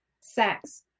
Sex